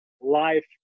life